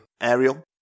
Ariel